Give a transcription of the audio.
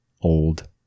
old